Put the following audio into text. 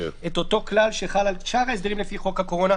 את אותו כלל שחל על שאר ההסדרים לפי חוק הקורונה,